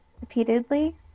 repeatedly